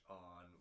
on